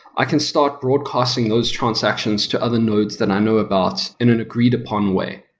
i can start broadcasting those transactions to other nodes that i know about in an agreed upon way.